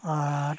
ᱟᱨ